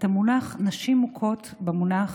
את המונח "נשים מוכות" במונח